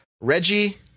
Reggie